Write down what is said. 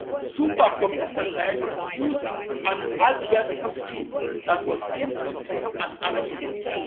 supercomputer scientists used an addressing scheme that was intuitive and absolute.